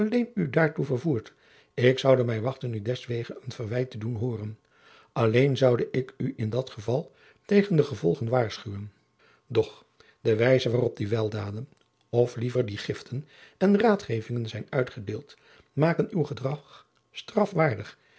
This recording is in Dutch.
u daartoe vervoerd ik zoude mij wachten u deswege een verwijt te doen hooren alleen zoude ik u in dat geval tegen de gevolgen waarschuwen doch de wijze waarop die weljacob van lennep de pleegzoon daden of liever die giften en raadgevingen zijn uitgedeeld maken uw gedrag